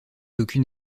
aucune